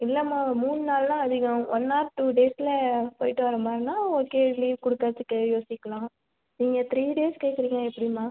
இல்லைம்மா மூண் நாள்லாம் அதிகம் ஒன் ஆர் டூ டேஸில் போயிட்டு வர மாதிரின்னா ஓகே லீவ் கொடுக்கறதுக்கு யோசிக்கலாம் நீங்கள் த்ரீ டேஸ் கேட்கறீங்க எப்படிம்மா